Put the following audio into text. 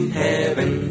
heaven